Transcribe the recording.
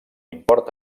import